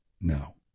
No